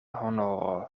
honoro